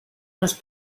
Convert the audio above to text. nos